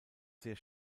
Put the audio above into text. sehr